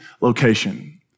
location